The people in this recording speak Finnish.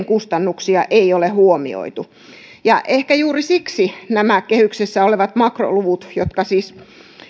kustannuksia ei ole huomioitu ja ehkä juuri siksi kehyksessä olevat makroluvut jotka siis